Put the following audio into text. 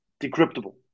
decryptable